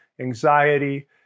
anxiety